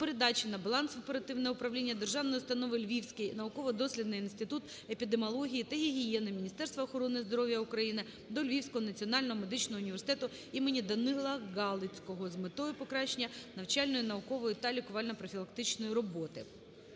передачі на баланс в оперативне управління державної установи "Львівський науково-дослідний інститут епідеміології та гігієни Міністерства охорони здоров'я України" до Львівського національного медичного університету імені Данила Галицького з метою покращення навчальної, наукової та лікувально-профілактичної роботи.